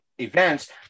events